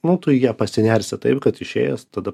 nu tu į ją pasinersi taip kad išėjęs tada